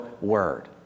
word